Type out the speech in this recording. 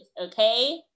okay